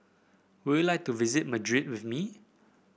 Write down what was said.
would you like to visit Madrid with me